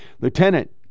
Lieutenant